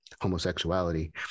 homosexuality